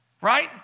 right